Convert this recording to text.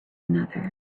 another